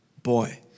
boy